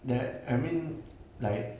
that I mean like